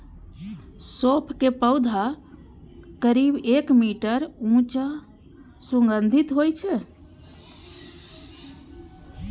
सौंफ के पौधा करीब एक मीटर ऊंच आ सुगंधित होइ छै